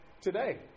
today